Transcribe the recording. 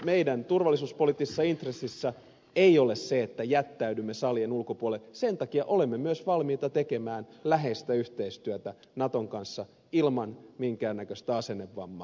meidän turvallisuuspoliittisessa intressissämme ei ole se että jättäydymme salien ulkopuolelle sen takia olemme myös valmiita tekemään läheistä yhteistyötä naton kanssa ilman minkään näköistä asennevammaa